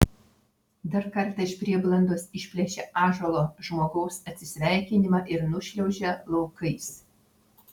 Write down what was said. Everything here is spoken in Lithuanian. dar kartą iš prieblandos išplėšia ąžuolo žmogaus atsisveikinimą ir nušliaužia laukais